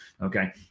okay